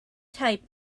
type